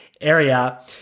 area